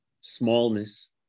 smallness